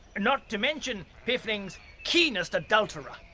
not to mention piffling's keenest adulterer.